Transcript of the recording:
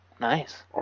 Nice